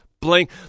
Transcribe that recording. blink